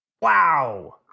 Wow